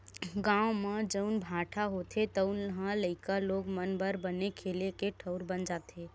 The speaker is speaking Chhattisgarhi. गाँव म जउन भाठा होथे तउन ह लइका लोग मन बर बने खेले के ठउर बन जाथे